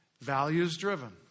values-driven